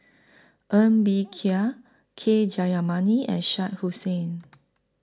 Ng Bee Kia K Jayamani and Shah Hussain